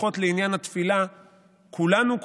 לפחות לעניין התפילה כולנו,